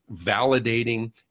validating